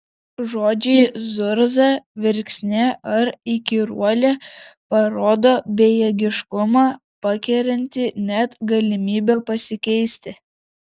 žodžiai zurza verksnė ar įkyruolė parodo bejėgiškumą pakertantį net galimybę pasikeisti